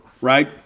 right